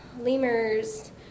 lemurs